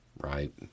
right